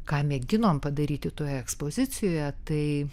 ką mėginom padaryti toje ekspozicijoje tai